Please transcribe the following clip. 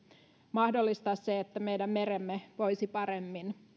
mahdollistaa se että meidän meremme voisi paremmin